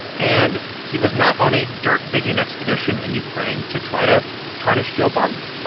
and he was not on a dirt-digging expedition in ukraine to try to tarnish joe biden.